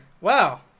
Wow